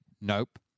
nope